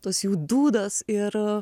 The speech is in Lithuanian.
tos jų dūdos ir